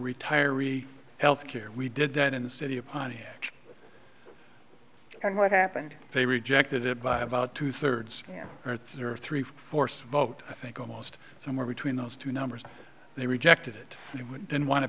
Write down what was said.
retirees health care we did that in the city of pontiac and what happened they rejected it by about two thirds or three or three fourths vote i think almost somewhere between those two numbers they rejected it you don't want to